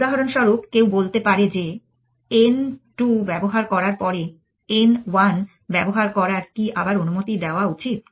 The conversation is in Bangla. উদাহরণস্বরূপ কেউ বলতে পারে যে n 2 ব্যবহার করার পরে n 1 ব্যবহার করার কি আবার অনুমতি দেওয়া উচিত